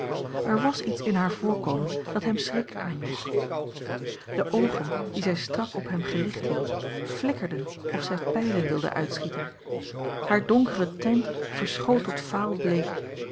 er was iets in haar voorkomen dat hem schrik aanjoeg de oogen die zij strak op hem gericht hield flikkerden of zij pijlen wilden uitschieten haar donkere tint verschoot tot vaalbleek